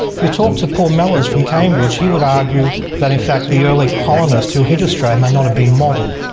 you talk to paul mellars from cambridge he would argue that in fact the early colonists who hit australia may not have been modern.